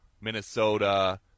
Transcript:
minnesota